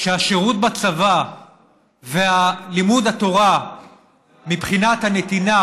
שהשירות בצבא ולימוד התורה מבחינת הנתינה